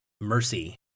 mercy